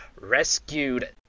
rescued